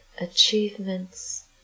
achievements